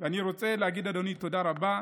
ואני רוצה להגיד, אדוני, תודה רבה.